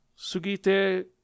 Sugite